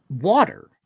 water